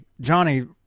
Johnny